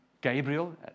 Gabriel